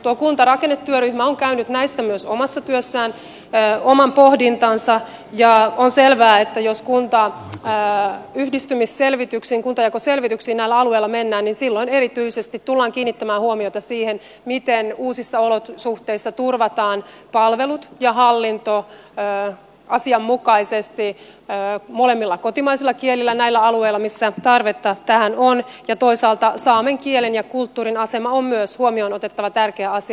tuo kuntarakennetyöryhmä on käynyt näistä myös omassa työssään oman pohdintansa ja on selvää että jos kuntayhdistymisselvityksiin kuntajakoselvityksiin näillä alueilla mennään niin silloin erityisesti tullaan kiinnittämään huomiota siihen miten uusissa olosuhteissa turvataan palvelut ja hallinto asianmukaisesti molemmilla kotimaisilla kielillä näillä alueilla missä tarvetta tähän on ja toisaalta saamen kielen ja kulttuurin asema on myös huomioon otettava tärkeä asia